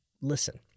listen